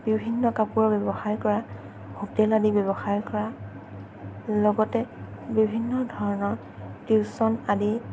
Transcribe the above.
বিভিন্ন কাপোৰৰ ব্যৱসায় কৰা হোটেল আদি ব্যৱসায় কৰা লগতে বিভিন্ন ধৰণৰ টিউশ্যন আদি